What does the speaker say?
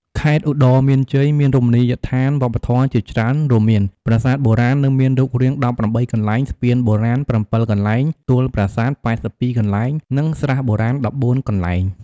ខេត្តឧត្តរមានជ័យមានរមនីយដ្ឋានវប្បធម៌ជាច្រើនរួមមាន ប្រាសាទបុរាណ នៅមានរូបរាង ១៨ កន្លែង ស្ពានបុរាណ ៧កន្លែង ទួលប្រសាទ៨២ កន្លែង និង ស្រះបុរាណ ១៤ កន្លែង។